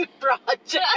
project